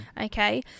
Okay